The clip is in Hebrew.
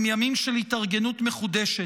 הם ימים של התארגנות מחודשת,